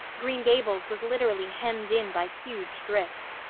green gables was literally hemmed in by huge drifts.